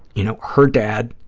you know, her dad,